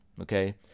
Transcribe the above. Okay